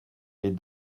est